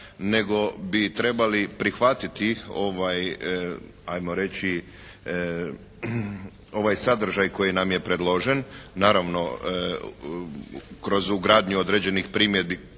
nego bi trebali prihvatiti ajmo reći ovaj sadržaj koji nam je predložen. Naravno kroz ugradnju određenih primjedbi